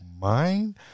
mind